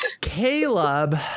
Caleb